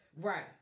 Right